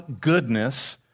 goodness